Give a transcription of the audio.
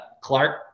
Clark